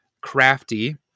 crafty